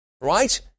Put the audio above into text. Right